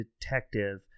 detective